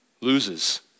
loses